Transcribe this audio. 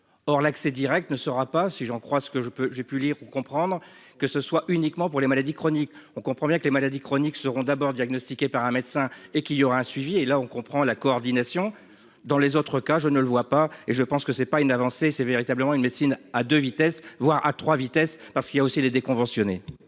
Or l'accès Direct ne sera pas si j'en crois ce que je peux, j'ai pu lire ou comprendre que ce soit uniquement pour les maladies chroniques, on comprend bien que les maladies chroniques seront d'abord diagnostiqué par un médecin et qu'il y aura un suivi et là on comprend la coordination. Dans les autres cas, je ne le vois pas et je pense que c'est pas une avancée, c'est véritablement une médecine à 2 vitesses, voire à 3 vitesses parce qu'il y a aussi les déconventionner.